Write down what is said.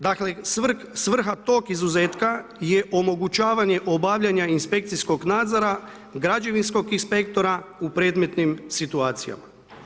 Dakle, svrha tog izuzetka je omogućavanje obavljanja inspekcijskog nadzora, građevinskog inspektora u predmetnim situacijama.